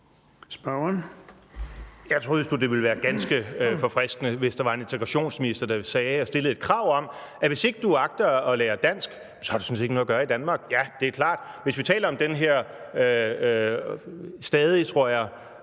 Jeg synes jo, det ville være ganske forfriskende, hvis vi havde en integrationsminister, der stillede et krav om, at hvis ikke du agter at lære dansk, har du sådan set ikke noget at gøre i Danmark. Ja, det klart, at hvis vi taler om den her stadigt ventede,